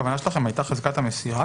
הכוונה שלכם הייתה החזקת המסירה?